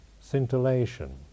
scintillation